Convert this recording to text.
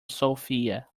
sofia